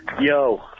Yo